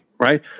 Right